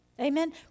Amen